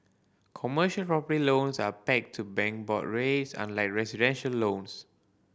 commercial property loans are pegged to bank board rates unlike residential loans